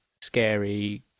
scary